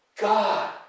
God